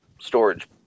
storage